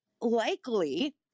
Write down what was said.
likely